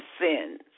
sins